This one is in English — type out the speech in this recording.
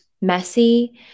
messy